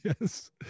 Yes